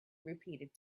repeated